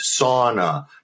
sauna